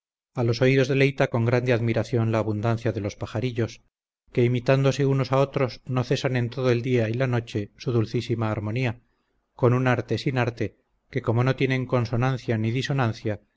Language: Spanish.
a los oídos deleita con grande admiración la abundancia de los pajarillos que imitandose unos a otros no cesan en todo el día y la noche su dulcísima armonía con un arte sin arte que como no tienen consonancia ni disonancia